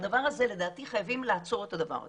הדבר הזה לפי דעתי, חייבים לעצור את הדבר הזה.